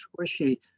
squishy